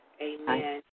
amen